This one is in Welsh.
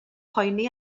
poeni